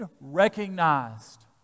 recognized